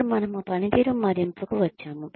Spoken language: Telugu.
ఇప్పుడు మనము పనితీరు మదింపుకు వచ్చాము